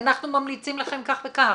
אנחנו ממליצים לכם כך וכך,